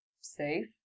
safe